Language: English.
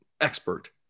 expert